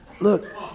look